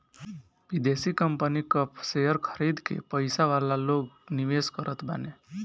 विदेशी कंपनी कअ शेयर खरीद के पईसा वाला लोग निवेश करत बाने